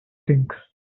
think